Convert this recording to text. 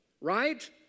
right